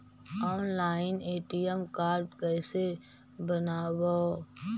Online ATM card कैसे बनाबौ?